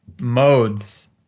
modes